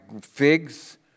figs